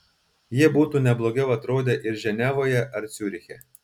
jie būtų ne blogiau atrodę ir ženevoje ar ciuriche